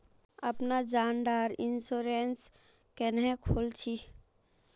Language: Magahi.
अपना जान डार इंश्योरेंस क्नेहे खोल छी?